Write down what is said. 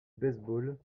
baseball